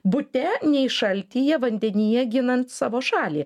bute nei šaltyje vandenyje ginant savo šalį